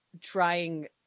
trying